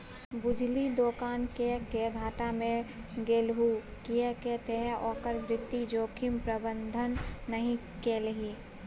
बुझलही दोकान किएक घाटा मे गेलहु किएक तए ओकर वित्तीय जोखिम प्रबंधन नहि केलही